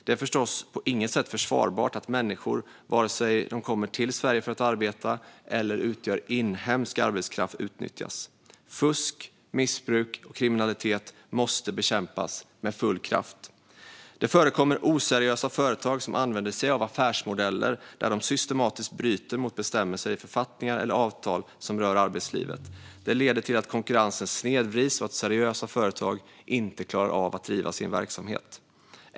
Det är förstås på inget sätt försvarbart att människor, vare sig de kommer till Sverige för att arbeta eller utgör inhemsk arbetskraft, utnyttjas. Fusk, missbruk och kriminalitet måste bekämpas med full kraft. Det förekommer oseriösa företag som använder sig av affärsmodeller där de systematiskt bryter mot bestämmelser i författningar eller avtal som rör arbetslivet. Det leder till att konkurrensen snedvrids och att seriösa företag inte klarar av att driva sin verksamhet.